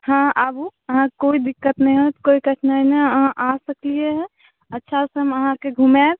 हँ आबू अहाँके कोइ दिक्कत नहि हैत कोइ कठिनाइ नहि अहाँ आ सकलिए हँ अच्छासँ हम अहाँके घुमाएब